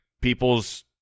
people's